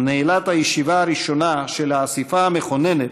נעילת הישיבה הראשונה של האספה המכוננת,